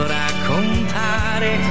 raccontare